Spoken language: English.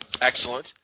Excellent